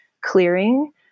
clearing